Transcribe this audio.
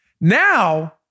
Now